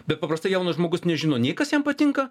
bet paprastai jaunas žmogus nežino nei kas jam patinka